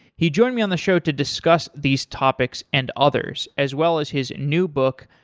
he join me on the show to discuss these topics and others as well as his new book,